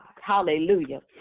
Hallelujah